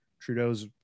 Trudeau's